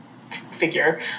figure